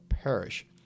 Perish